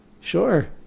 Sure